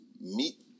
meet